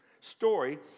story